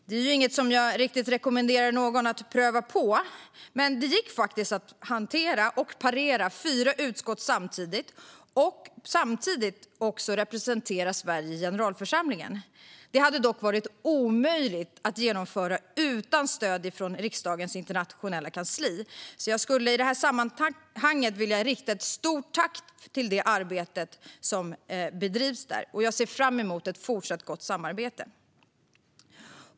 Det är inget jag rekommenderar någon att pröva på, men det gick faktiskt att hantera och parera fyra utskott och samtidigt representera Sverige i generalförsamlingen. Detta hade dock varit omöjligt att genomföra utan stöd från riksdagens internationella kansli. Därför vill jag rikta ett stort tack för det arbete som bedrivs där, och jag ser fram emot ett fortsatt gott samarbete.